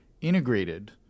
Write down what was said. integrated